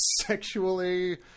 sexually